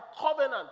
covenant